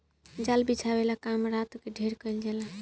जाल बिछावे वाला काम रात में ढेर कईल जाला